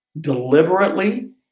deliberately